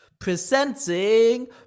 presenting